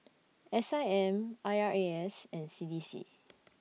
S I M I R A S and C D C